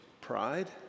pride